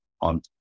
on